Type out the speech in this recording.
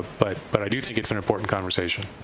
but but i do think it's an important conversation.